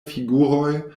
figuroj